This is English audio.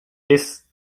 this